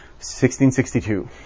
1662